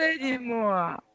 anymore